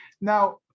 Now